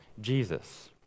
Jesus